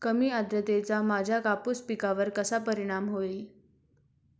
कमी आर्द्रतेचा माझ्या कापूस पिकावर कसा परिणाम होईल?